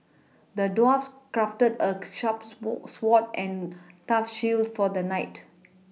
the dwarf crafted a sharp sword and tough shield for the knight